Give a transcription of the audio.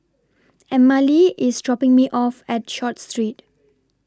Emmalee IS dropping Me off At Short Street